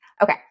Okay